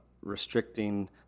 restricting